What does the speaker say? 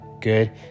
good